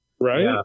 Right